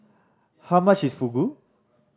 how much is Fugu